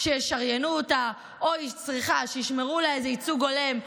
שישריינו אותה או צריכה שישמרו לה איזה ייצוג הולם,